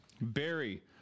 Barry